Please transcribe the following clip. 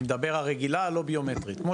אני מדבר על רגילה לא ביומטרית כמו